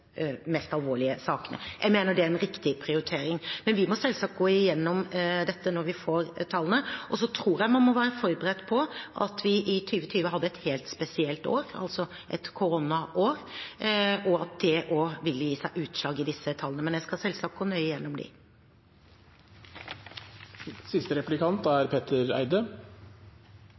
mest alvorlige sakene. Jeg mener det er en riktig prioritering. Men vi må selvsagt gå igjennom dette når vi får tallene, og så tror jeg man må være forberedt på at vi i 2020 hadde et helt spesielt år, et koronaår, og at det også vil gi seg utslag i disse tallene. Men jeg skal selvsagt gå nøye